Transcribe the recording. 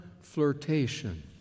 flirtation